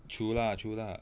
true lah true lah